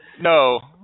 no